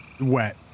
wet